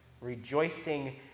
rejoicing